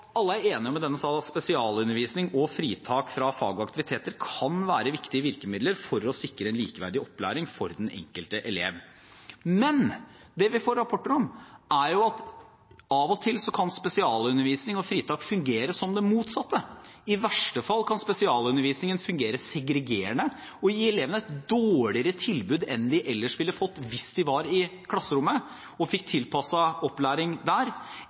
kan være viktige virkemidler for å sikre en likeverdig opplæring for den enkelte elev. Men: Det vi får rapporter om, er at spesialundervisning og fritak av og til kan fungere som det motsatte. I verste fall kan spesialundervisningen fungere segregerende og gi elevene et dårligere tilbud enn de ellers ville fått hvis de var i klasserommet og fikk tilpasset opplæring der,